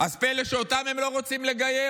אז פלא שאותם הם לא רוצים לגייר?